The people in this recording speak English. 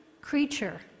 creature